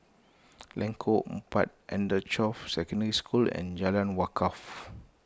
Lengkong Empat Anchorvale Secondary School and Jalan Wakaff